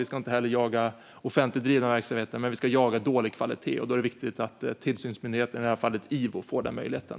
Vi ska inte heller jaga offentligt drivna verksamheter. Men vi ska jaga dålig kvalitet, och då är det viktigt att tillsynsmyndigheten, i det här fallet IVO, får den möjligheten.